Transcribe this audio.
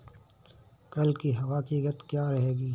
कल की हवा की गति क्या रहेगी?